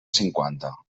cinquanta